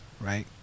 Right